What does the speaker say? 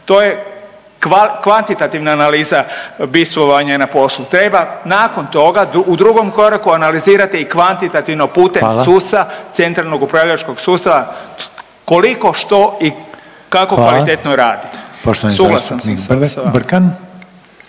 to je kvantitativna analiza bivstvovanje na poslu. Treba nakon toga u drugom koraku analizirati i kvantitativno putem CUZ-a…/Upadica Reiner: Hvala/…centralnog upravljačkog sustava koliko, što i kako …/Upadica